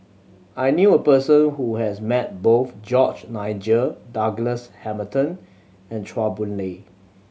I knew a person who has met both George Nigel Douglas Hamilton and Chua Boon Lay